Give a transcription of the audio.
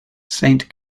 saint